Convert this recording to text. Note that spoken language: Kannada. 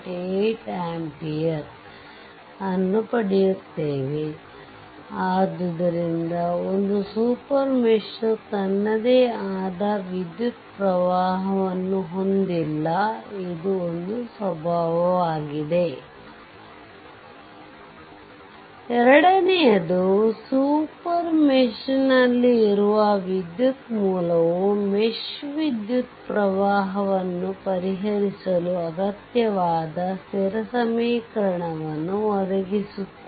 8 ampere ಅನ್ನು ಪಡೆಯುತ್ತೇವೆ ಆದ್ದರಿಂದ ಒಂದು ಸೂಪರ್ ಮೆಶ್ ತನ್ನದೇ ಆದ ವಿದ್ಯುತ್ ಪ್ರವಾಹವನ್ನು ಹೊಂದಿಲ್ಲ ಇದು ಒಂದು ಸ್ವಭಾವ ಆಗಿದೆ ಎರಡನೆಯದು ಸೂಪರ್ ಮೆಶ್ ನಲ್ಲಿರುವ ವಿದ್ಯುತ್ ಮೂಲವು ಮೆಶ್ ವಿದ್ಯುತ್ ಪ್ರವಾಹವನ್ನು ಪರಿಹರಿಸಲು ಅಗತ್ಯವಾದ ಸ್ಥಿರ ಸಮೀಕರಣವನ್ನು ಒದಗಿಸುತ್ತದೆ